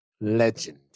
Legend